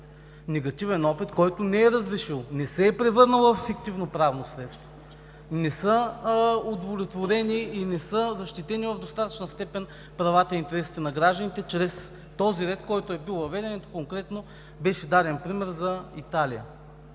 Негативен опит, който не е разрешил, не се е превърнал в ефективно правно средство. Не са удовлетворени и не са защитени в достатъчна степен правата и интересите на гражданите чрез този ред, който е бил въведен, и конкретно беше даден пример за Италия.